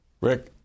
Rick